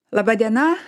laba diena